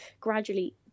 gradually